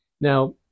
now